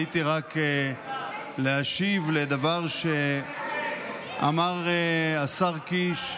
עליתי רק להשיב על דבר שאמר השר קיש,